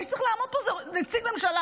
מי שצריך לעמוד פה זה נציג ממשלה,